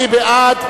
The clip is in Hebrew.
מי בעד?